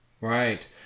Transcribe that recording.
right